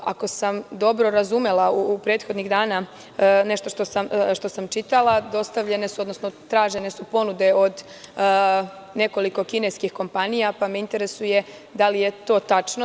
Ako sam dobro razumela prethodnih dana, nešto što sam čitala, dostavljene su, odnosno tražene su ponude od nekoliko kineskih komapnija, pa me interesuje da li je to tačno?